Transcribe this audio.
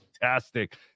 fantastic